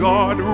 God